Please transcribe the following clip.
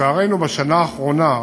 ולצערנו בשנה האחרונה,